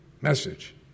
message